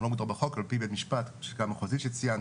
הוא לא מוגדר בחוק על פי בית משפט המחוזי, שציינת.